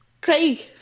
craig